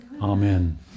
Amen